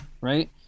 right